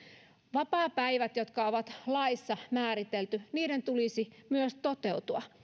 vapaapäivien jotka on laissa määritelty tulisi myös toteutua